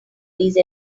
these